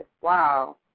Wow